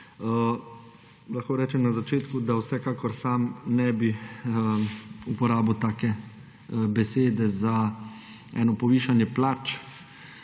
Lahko rečem na začetku, da vsekakor sam ne bi uporabil take besede za eno povišanje plač,